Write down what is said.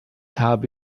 habe